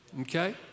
Okay